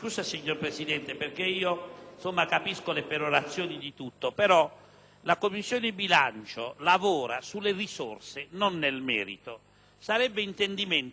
la Commissione bilancio lavora sulle risorse e non nel merito. Sarebbe intendimento anche dei commissari tutti della Commissione bilancio dare il più possibile a tutti;